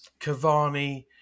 Cavani